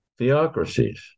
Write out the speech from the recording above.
theocracies